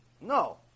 No